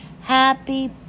Happy